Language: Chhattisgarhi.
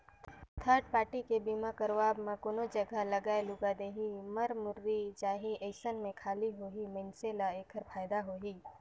थर्ड पारटी के बीमा करवाब म कोनो जघा लागय लूगा देही, मर मुर्री जाही अइसन में खाली ओही मइनसे ल ऐखर फायदा होही